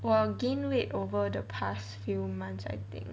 我 gain weight over the past few months I think